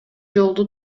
жолду